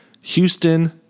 Houston